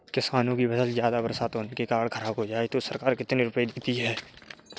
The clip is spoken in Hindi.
किसानों की फसल ज्यादा बरसात होने के कारण खराब हो जाए तो सरकार कितने रुपये देती है?